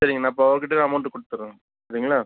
சரிங்க நான் இப்போது அவர் கிட்டேயே அமௌண்ட் கொடுத்தட்றேங்க சரிங்களா